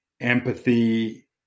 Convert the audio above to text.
empathy